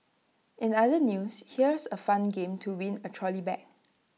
in other news here's A fun game to win A trolley bag